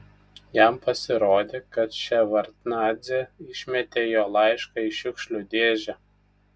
jam pasirodė kad ševardnadzė išmetė jo laišką į šiukšlių dėžę